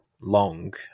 long